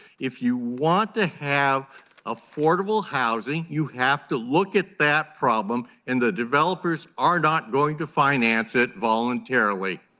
if you want to have affordable housing, you have to look at that problem and the developers are not going to finance it voluntarily.